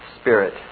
spirit